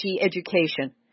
Education